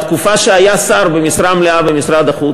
בתקופה שהיה שר במשרה מלאה במשרד החוץ